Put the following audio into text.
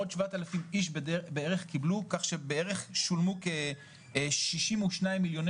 עוד 7,000 איש בערך קיבלו כך שבערך שולמו כ-62 מיליוני